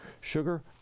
Sugar